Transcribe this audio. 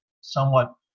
somewhat